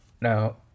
Now